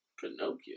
Pinocchio